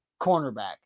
cornerback